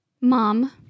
Mom